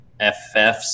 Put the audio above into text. FFs